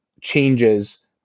changes